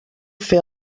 fer